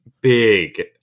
big